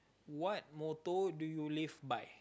what motto do you live by